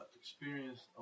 experienced